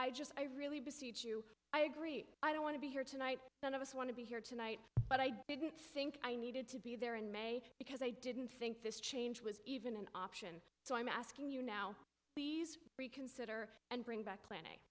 i just i really besieged you i agree i don't want to be here tonight none of us want to be here tonight but i didn't think i needed to be there in may because i didn't think this change was even an option so i'm asking you now please reconsider and bring back planning